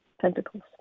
pentacles